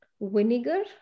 vinegar